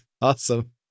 Awesome